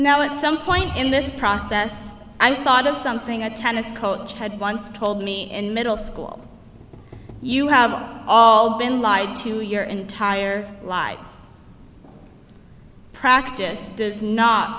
now at some point in this process i thought of something a tennis coach had once told me in middle school you have all been lied to your entire lives practice does not